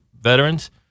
veterans